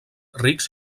rics